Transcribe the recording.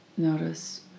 Notice